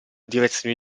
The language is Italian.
direzioni